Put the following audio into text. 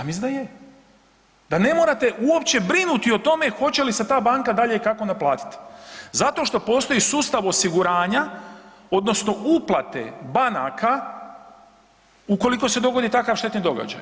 Ja mislim da je, da ne morate uopće brinuti o tome hoće li se ta banka dalje i kako naplatit, zato što postoji sustav osiguranja odnosno uplate banaka ukoliko se dogodi takav štetni događaj.